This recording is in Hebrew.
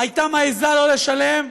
הייתה מעזה לא לשלם,